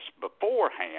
beforehand